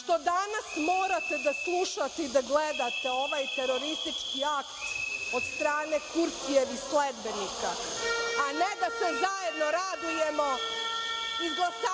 što danas morate da slušate i da gledate ovaj teroristički akt od strane Kurtijevih sledbenika, a ne da se zajedno radujemo izglasavanju